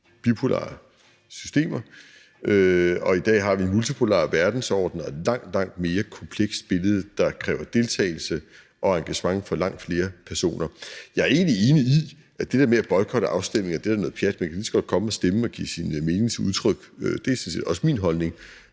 bipolare systemer, og i dag har vi en multipolar verdensorden og et langt, langt mere komplekst billede, der kræver deltagelse og engagement fra langt flere personer. Jeg er egentlig enig i, at det der med at boykotte afstemninger da er noget pjat. Man kan lige så godt komme og stemme og give udtryk for sin mening. Det er sådan set også min holdning.